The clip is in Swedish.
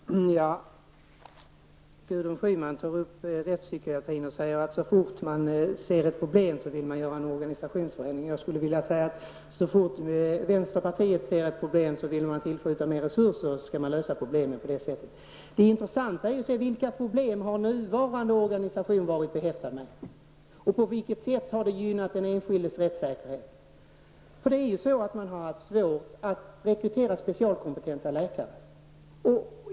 Herr talman! Gudrun Schyman tar upp rättspsykiatrin och säger att så fort man ser ett problem vill man göra en organisationsförändring. Jag skulle vilja säga att så fort vänsterpartiet ser ett problem vill man tillskjuta mer resurser och lösa problemet på det sättet. Det intressanta är att se efter vilka problem den nuvarande organisationen har varit behäftad med och på vilket sätt det har gynnat den enskildes rättssäkerhet. Man har haft svårt att rekrytera specialkompetenta läkare.